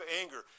anger